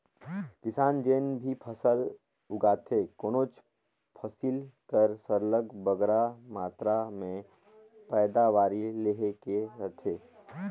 किसान जेन भी फसल उगाथे कोनोच फसिल कर सरलग बगरा मातरा में पएदावारी लेहे ले रहथे